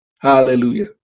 hallelujah